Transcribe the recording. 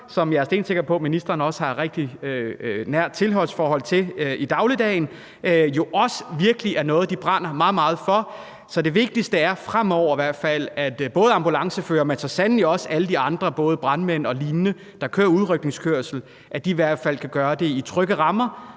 som jeg er stensikker på at ministeren også har et rigtig nært tilhørsforhold til i dagligdagen, jo også virkelig brænder meget, meget for det. Så det vigtigste er fremover i hvert fald, at både ambulanceførere, men så sandelig også alle de andre, både brandmænd og lignende, der kører udrykningskøretøj, kan gøre det i trygge rammer,